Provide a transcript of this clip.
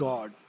God